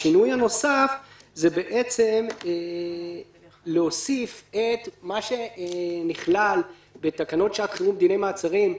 השינוי הנוסף הוא להוסיף את מה שנכלל בתקנות שעת חירום (דיני מעצרים)